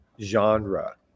genre